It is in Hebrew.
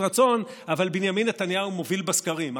רצון אבל בנימין נתניהו מוביל בסקרים?